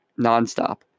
nonstop